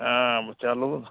हँ चलू